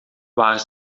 waar